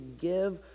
give